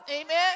amen